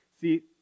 See